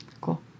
cool